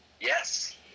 Yes